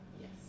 Yes